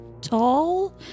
tall